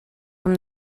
from